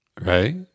Right